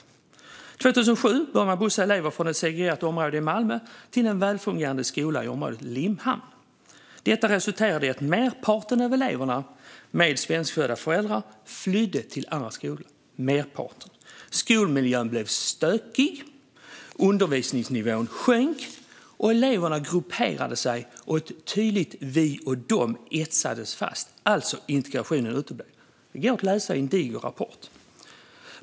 År 2007 började man att bussa elever från ett segregerat område i Malmö till en välfungerande skola i området Limhamn. Detta resulterade i att merparten av eleverna med svenskfödda föräldrar flydde till andra skolor. Skolmiljön blev stökig, undervisningsnivån sjönk och eleverna grupperade sig. Ett tydligt "vi och de" etsades fast. Integrationen uteblev alltså. Detta går att läsa i en diger rapport.